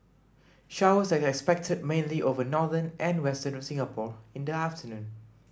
showers are expected mainly over northern and western Singapore in the afternoon